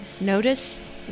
Notice